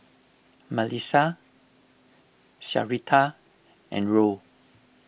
Malissa Syreeta and Roll